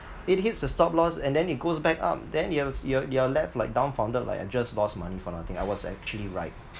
it hits the stop-loss and then it goes back up then you have you're you're left like dumbfounded like I just lost money for nothing I was actually right